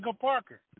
Parker